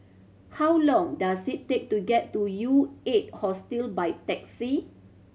how long does it take to get to U Eight Hostel by taxi